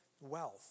wealth